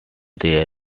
their